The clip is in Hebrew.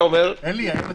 "1.